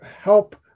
help